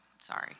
sorry